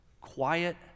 quiet